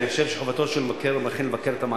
חבר הכנסת משה גפני.